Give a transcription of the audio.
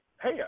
hey